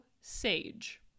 sage